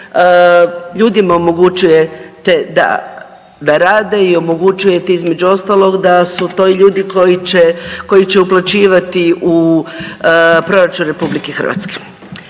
ljudima omogućujete da rade i omogućujete između ostalog da su to i ljudi koji će, koji će uplaćivati u proračun RH.